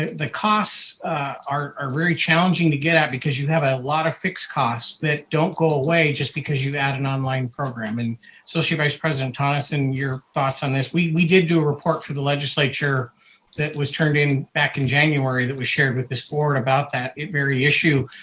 the costs are are very challenging to get because you have a lot of fixed costs that don't go away just because you've had an online program and associate vice president tonneson, your thoughts on this? we did do a report for the legislature that was turned in back in january that was shared with this board about that very issue